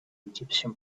egyptian